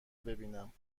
بیینم